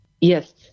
Yes